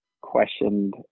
questioned